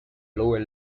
lower